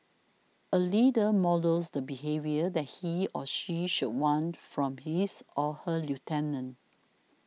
a leader models the behaviour that he or she should want from his or her lieutenants